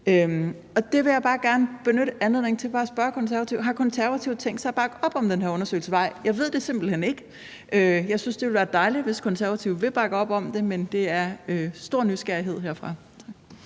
Og jeg vil bare gerne benytte anledningen til at spørge Konservative: Har Konservative tænkt sig at bakke op om den her undersøgelsesvej? Jeg ved det simpelt hen ikke. Jeg synes, det ville være dejligt, hvis Konservative ville bakke op om det, men det er med stor nysgerrighed herfra.